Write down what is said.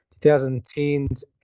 2010s